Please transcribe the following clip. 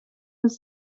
was